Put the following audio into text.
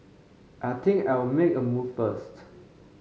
I think I'll make a move first